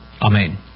Amen